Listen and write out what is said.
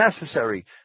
necessary